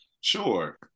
sure